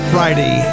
Friday